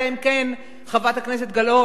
אלא אם כן חברת הכנסת גלאון,